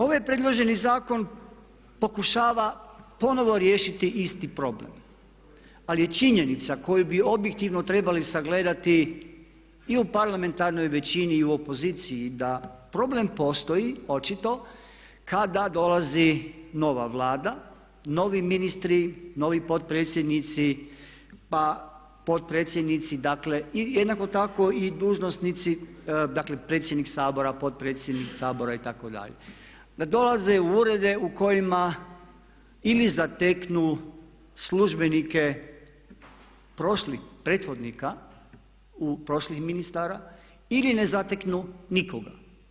Ovaj predloženi zakon pokušava ponovno riješiti isti problem, ali činjenica koju bi objektivno trebali sagledati i u parlamentarnoj većini i u opoziciji da problem postoji očito kada dolazi nova Vlada, novi ministri, novi potpredsjednici pa potpredsjednici, jednako tako i dužnosnici dakle predsjednik Sabor, potpredsjednik Sabor itd. da dolaze u urede u kojima ili zateknu službenike prošlih prethodnika u prošlih ministara ili ne zateknu nikoga.